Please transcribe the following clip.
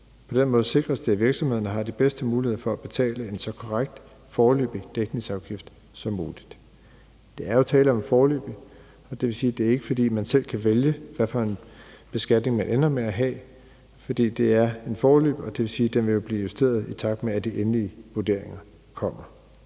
På den måde sikres det, at virksomhederne har de bedste muligheder for at betale en så korrekt foreløbig dækningsafgift som muligt. Der er jo tale om en foreløbig dækningsafgift, og det vil sige, at det ikke er, fordi man selv kan vælge, hvilken beskatning man ender med at have. Det er en foreløbig dækningsafgift, og det vil sige, at den vil blive justeret, i takt med at de endelige vurderinger kommer.